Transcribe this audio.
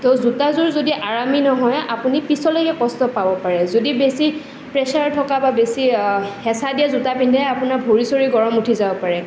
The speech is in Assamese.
তো জোতাযোৰ যদি আৰামী নহয় আপুনি পিচলিকে কষ্ট পাব পাৰে যদি বেছি প্ৰেছাৰ থকা বা বেছি হেঁচা দিয়া জোতা পিন্ধে আপোনাৰ ভৰি চৰি গৰম উঠি যাব পাৰে